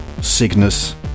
Cygnus